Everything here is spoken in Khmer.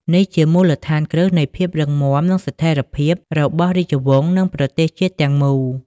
នេះជាមូលដ្ឋានគ្រឹះនៃ ភាពរឹងមាំ និងស្ថិរភាព របស់រាជវង្ស និងប្រទេសជាតិទាំងមូល។